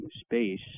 space